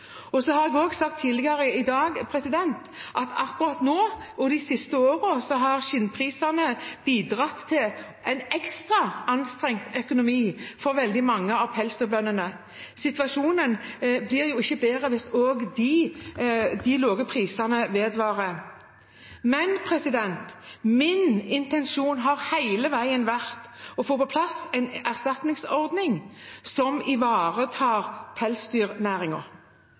Så har jeg også sagt tidligere i dag at akkurat nå, og de siste årene, har skinnprisene bidratt til en ekstra anstrengt økonomi for veldig mange av pelsdyrbøndene. Situasjonen blir jo ikke bedre hvis de lave prisene vedvarer. Min intensjon har hele tiden vært å få på plass en erstatningsordning som ivaretar